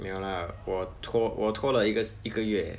没有 lah 我拖我拖了一个我拖了一个月